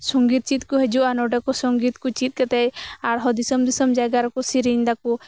ᱥᱚᱝᱜᱤᱛ ᱪᱮᱫ ᱠᱚ ᱦᱤᱡᱩᱜᱼᱟ ᱱᱚᱸᱰᱮ ᱥᱚᱝᱜᱤᱛ ᱠᱚ ᱪᱮᱫ ᱠᱟᱛᱮᱫ ᱟᱨᱦᱚᱸ ᱫᱤᱥᱚᱢ ᱫᱤᱥᱚᱢ ᱡᱟᱭᱜᱟ ᱨᱮᱠᱚ ᱥᱮᱨᱮᱧ ᱫᱟᱠᱚ